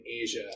Asia